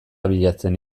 abiatzen